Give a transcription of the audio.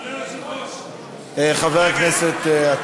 חברי הכנסת)